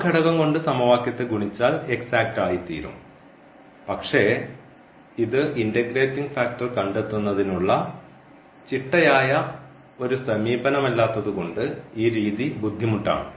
ആ ഘടകം കൊണ്ട് സമവാക്യത്തെ ഗുണിച്ചാൽ എക്സാറ്റ് ആയിത്തീരും പക്ഷേ ഇത് ഇൻറഗ്രേറ്റിംഗ് ഫാക്ടർ കണ്ടെത്തുന്നതിനുള്ള ചിട്ടയായ ഒരു സമീപനമല്ലാത്തതുകൊണ്ട് ഈ രീതി ബുദ്ധിമുട്ടാണ്